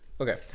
okay